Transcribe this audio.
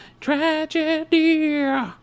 Tragedy